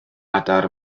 adar